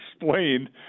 explained